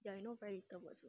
ya I know very little words